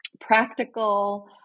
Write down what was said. practical